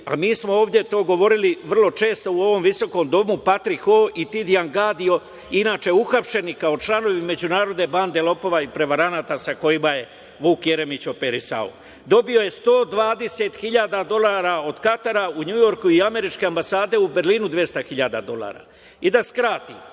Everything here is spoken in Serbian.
a mi smo ove to govorili vrlo često u ovom visokom domu, Patrik Ho i Tidijan Gadio, inače uhapšeni kao članovi međunarodne bande lopova i prevaranata sa kojima je Vuk Jeremić operisao. Dobio je 120.000 dolara od Katara u Njujorku i američke ambasade u Berlinu 200.000 dolara. I da skratim,